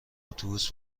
اتوبوس